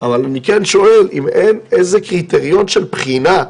אבל אני כן שואל אם אין איזה קריטריון של בחינה,